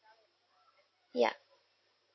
yup